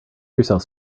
yourself